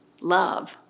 Love